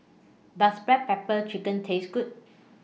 Does Black Pepper Chicken Taste Good